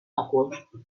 òcul